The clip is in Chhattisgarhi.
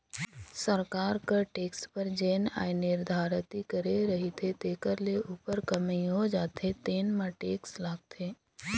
सरकार कर टेक्स बर जेन आय निरधारति करे रहिथे तेखर ले उप्पर कमई हो जाथे तेन म टेक्स लागथे